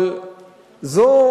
אבל זו,